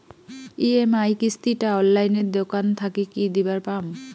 EMI কিস্তি টা অনলাইনে দোকান থাকি কি দিবার পাম?